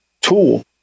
tool